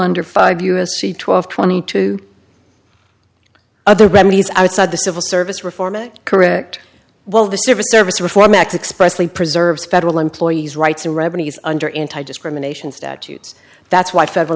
under five u s c twelve twenty two other remedies outside the civil service reform and correct while the civil service reform act expressly preserves federal employees rights and remedies under in discrimination statutes that's why federal